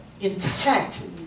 intact